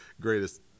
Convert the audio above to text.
greatest